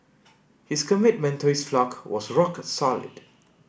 his commitment to his flock was rock solid